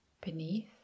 beneath